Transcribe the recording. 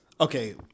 Okay